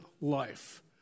life